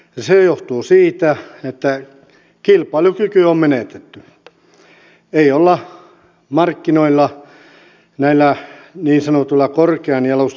se johtuu siitä että kilpailukyky on menetetty ei olla markkinoilla näillä niin sanotuilla korkean jalostusasteen tuotteilla pärjätty